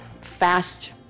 fast